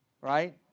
right